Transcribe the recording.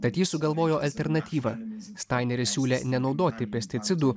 tad jis sugalvojo alternatyvą staineris siūlė nenaudoti pesticidų